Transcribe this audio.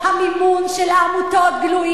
מה הפחד?